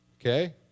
Okay